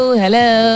hello